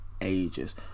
ages